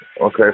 Okay